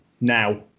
now